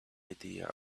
idea